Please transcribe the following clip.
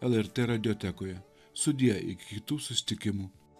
lrt radiotekoje sudie iki kitų susitikimų